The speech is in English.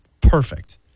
perfect